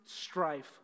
strife